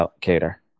Cater